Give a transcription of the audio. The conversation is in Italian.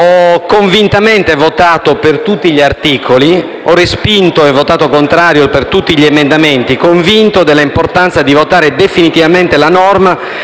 Ho convintamente votato a favore di tutti gli articoli, ho votato contro tutti gli emendamenti, convinto dell'importanza di votare definitivamente la norma